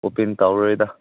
open ꯇꯧꯔꯣꯏꯗ